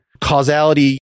causality